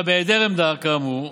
בהיעדר עמדה כאמור,